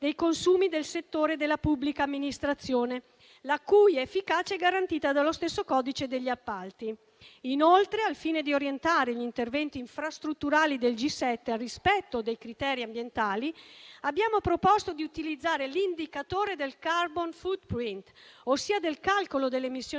dei consumi del settore della pubblica amministrazione, la cui efficacia è garantita dallo stesso codice degli appalti. Inoltre, al fine di orientare gli interventi infrastrutturali del G7 al rispetto dei criteri ambientali, abbiamo proposto di utilizzare l'indicatore del c*arbon footprint*, ossia del calcolo delle emissioni